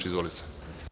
Izvolite.